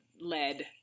lead